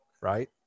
right